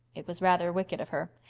it was rather wicked of her.